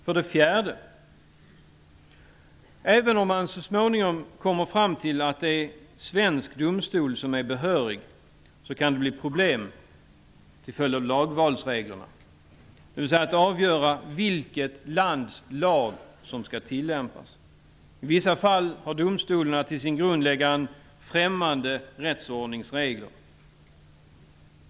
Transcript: För det fjärde: Även om man så småningom kommer fram till att det är svensk domstol som är behörig kan det bli problem till följd av lagvalsreglerna, dvs. när det gäller att avgöra vilket lands lag som skall tillämpas. I vissa fall har domstolen att till sin grund lägga en främmande rättsordnings regler.